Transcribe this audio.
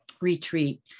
retreat